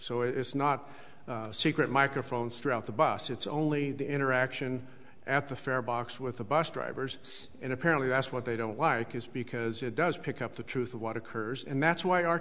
so it's not secret microphones throughout the bus it's only the interaction at the farebox with the bus drivers and apparently that's what they don't like is because it does pick up the truth of what occurs and that's why